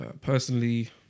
personally